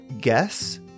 guess